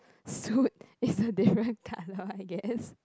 suit is a different colour I guess